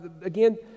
Again